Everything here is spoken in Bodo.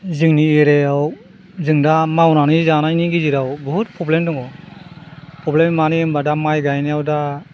जोंनि एरियायाव जों दा मावनानै जानायनि गेजेराव बुहुद प्रब्लेम दङ प्रब्लेम माने होनब्ला दा माइ गायनायाव दा